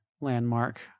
landmark